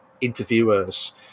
interviewers